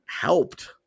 helped